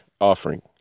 offering